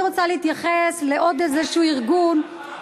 אני רוצה להתייחס לעוד איזשהו ארגון,